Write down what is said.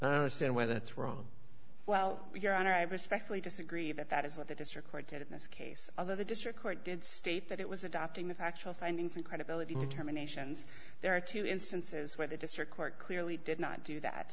to whether that's wrong well your honor i respectfully disagree that that is what the district court did in this case other the district court did state that it was adopting the factual findings and credibility determinations there are two instances where the district court clearly did not do that